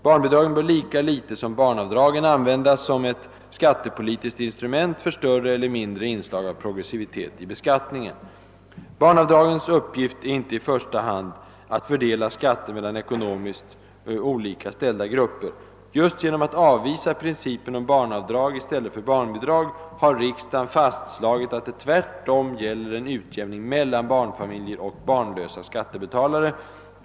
Barnbidragen bör lika litet som barnavdragen användas som ett skattepolitiskt instrument för större eller mindre inslag av progressivitet i beskattningen. Barnavdragens uppgift är inte i första hand att fördela skatter mellan ekonomiskt olika ställda grupper. Just genom att avvisa principen om barnavdrag i stället för barnbidrag har riksdagen fastslagit, att det tvärtom gäller en utjämning mellan barnfamiljer och barnlösa skattebetalare.